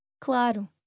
Claro